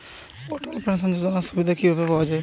অটল pension যোজনার সুবিধা কি ভাবে পাওয়া যাবে?